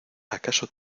acaso